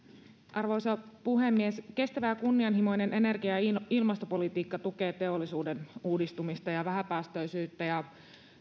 arvoisa puhemies kestävä ja kunnianhimoinen energia ja ilmastopolitiikka tukee teollisuuden uudistumista ja vähäpäästöisyyttä ja